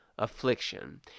Affliction